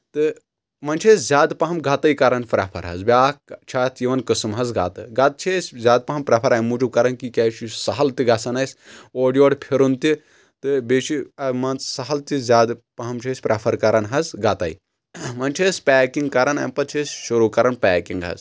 تہٕ وۄنۍ چھِ أسۍ زیادٕ پَہَم گتے کران پرٛفر حظ بیٛاکھ چھِ اَتھ یِوان قٕسم حظ گتہٕ گتہٕ چھِ أسۍ زیادٕ پَہَم پرٛفَر اَمہِ موٗجوٗب کَران کہِ کیٛازِ چھُ سہل تہِ گژھان اَسہِ اورٕ یورٕ پھِرُن تہِ تہٕ بیٚیہِ چھِ مان ژٕ سہل تہِ زیادٕ پَہم چھِ أسۍ پرٛؠفر کران حظ گتے وۄنۍ چھِ أسۍ پیکِنٛگ کران اَمہِ پتہٕ چھِ أسۍ شُروٗع کَران پیکِنٛگ حظ